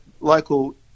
local